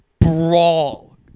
brawl